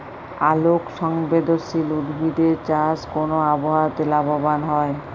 আলোক সংবেদশীল উদ্ভিদ এর চাষ কোন আবহাওয়াতে লাভবান হয়?